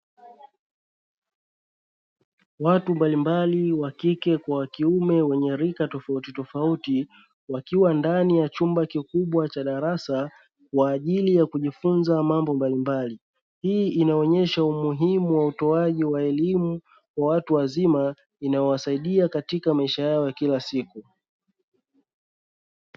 Watu mbalimbali, wa kike kwa wa kiume, wenye rika tofauti tofauti, wakiwa ndani ya chumba kikubwa cha darasa, kwa ajili ya kujifunza mambo mbalimbali. Hii inaonyesha umuhimu wa utoaji wa elimu kwa watu wazima, unawasaidia katika maisha yao ya kila siku.